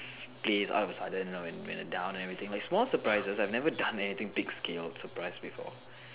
place out of a sudden like when when I'm down and everything like small surprises I've never done anything big scaled surprise before